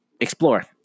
explore